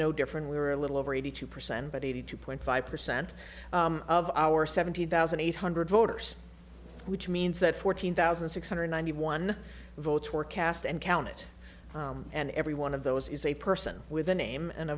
no different we were a little over eighty two percent but eighty two point five percent of our seventy thousand eight hundred voters which means that fourteen thousand six hundred ninety one votes were cast and counted and every one of those is a person with a name and